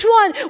one